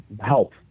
help